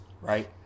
right